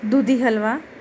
दुधी हलवा